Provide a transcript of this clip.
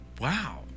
Wow